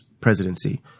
presidency